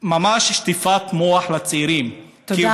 ממש שטיפת מוח לצעירים, תודה רבה.